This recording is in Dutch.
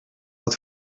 het